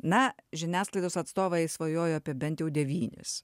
na žiniasklaidos atstovai svajoja apie bent jau devynis